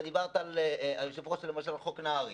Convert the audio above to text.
היושב-ראש, אתה דיברת על חוק נהרי.